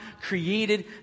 created